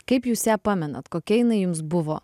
kaip jūs ją pamenat kokia jinai jums buvo